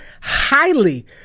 Highly